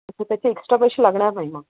त्याचे एक्स्ट्रा पैसे लागणार नाही मग